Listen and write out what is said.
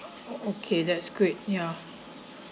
okay that's great yeah